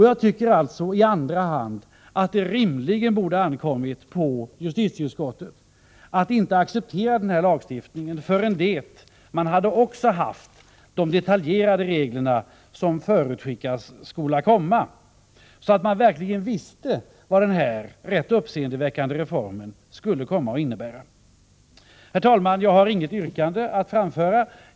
Jag tycker alltså i andra hand att det rimligen borde ha ankommit på justitieutskottet att inte acceptera denna lagstiftning förrän det man hade också haft de detaljerade regler som förutskickas skola komma, så att man verkligen visste vad denna rätt uppseendeväckande reform skulle komma att innebära. Herr talman! Jag har inget yrkande att framföra.